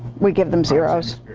we give them zeroes.